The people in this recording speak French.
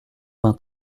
vingt